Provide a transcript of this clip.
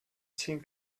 zehn